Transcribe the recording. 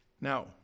Now